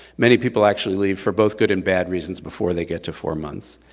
many people actually leave for both good and bad reasons before they get to four months.